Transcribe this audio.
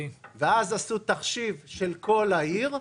או אז עשו תחשיב של כל העיר,